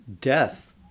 death